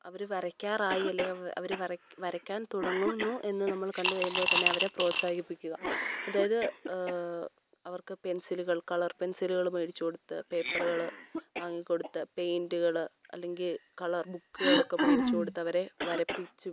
അവർ വരയ്ക്കാറായി അല്ലെങ്കിൽ അവർ വരയ്ക്കാൻ തുടങ്ങുന്നു എന്നു നമ്മൾ കണ്ട് കഴിയുമ്പോൾ തന്നെ അവരെ പ്രോത്സാഹിപ്പിക്കുക അതായത് അവർക്ക് പെൻസിലുകൾ കളർ പെൻസിലുകൾ മേടിച്ച് കൊടുത്ത് പേപ്പറുകൾ വാങ്ങിക്കൊടുത്ത് പെയിൻ്റുകൾ അല്ലെങ്കിൽ കളർ ബുക്കുകളൊക്കെ മേടിച്ച് കൊടുത്തവരെ വരപ്പിച്ചും